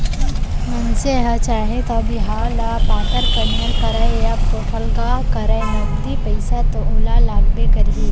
मनसे ह चाहे तौ बिहाव ल पातर पनियर करय या पोठलगहा करय नगदी पइसा तो ओला लागबे करही